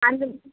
அந்தந்த